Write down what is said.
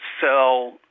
sell